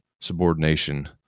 subordination